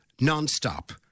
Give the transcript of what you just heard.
non-stop